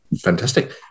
Fantastic